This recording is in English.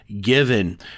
given